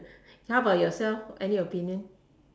how about yourself any opinion